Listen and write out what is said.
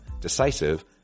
decisive